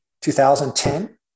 2010